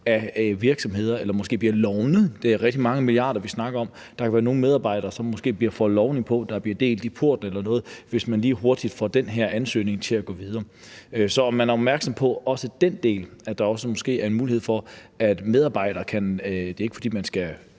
bliver presset eller måske får lovet noget. Det er rigtig mange milliarder, vi snakker om. Der kan være nogle medarbejdere, som måske får lovning på, at der bliver delt i porten eller noget, hvis man lige hurtigt får den her ansøgning til at gå videre. Så altså, er man opmærksom på også den del, altså at der måske også er en mulighed for, at det kan ske for medarbejdere? Det er ikke, fordi man skal